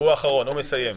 כבר ענינו על השאלה